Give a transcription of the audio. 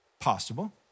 possible